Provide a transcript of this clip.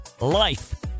Life